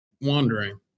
wandering